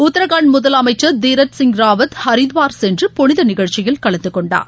உத்தராகண்ட் முதலமைச்சர் தீரத் சிங் ராவத் ஹரித்துவார் சென்று புனித நிகழ்ச்சியில் கலந்து கொண்டார்